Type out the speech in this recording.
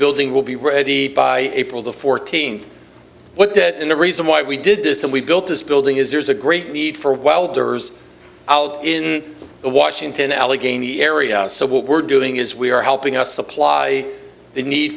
building will be ready by april the fourteenth what that and the reason why we did this and we've built this building is there's a great need for welders out in the washington allegheny area so what we're doing is we are helping us supply the need